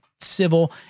civil